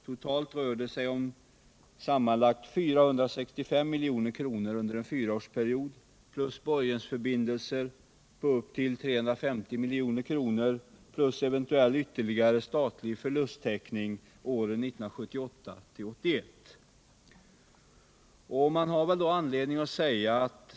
Totalt rör det sig om 465 milj.kr. under en fyraårsperiod plus borgensförbindelser på upp till 350 milj.kr. och eventuell ytterligare statlig förlusttäckning åren 1978-1981.